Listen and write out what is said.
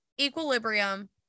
equilibrium